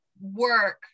work